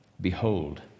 Behold